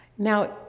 Now